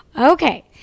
okay